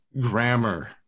grammar